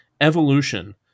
Evolution